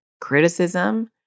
criticism